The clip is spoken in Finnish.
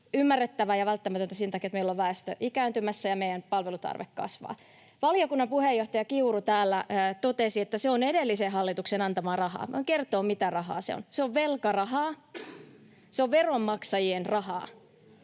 ymmärrettävää ja välttämätöntä sen takia, että meillä on väestö ikääntymässä ja meidän palvelutarpeemme kasvaa. Valiokunnan puheenjohtaja Kiuru täällä totesi, että se on edellisen hallituksen antamaa rahaa. Voin kertoa, mitä rahaa se on. Se on velkarahaa, se on veronmaksajien rahaa.